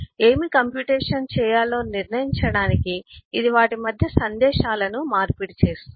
ఏమి కంప్యుటేషన్ చేయాలో నిర్ణయించడానికి ఇది వాటి మధ్య సందేశాలను మార్పిడి చేస్తుంది